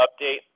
update